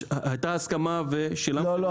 הייתה הסכמה --- לא,